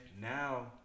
Now